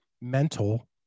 mental